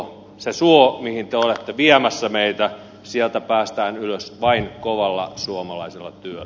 sieltä suosta mihin te olette viemässä meitä päästään ylös vain kovalla suomalaisella työllä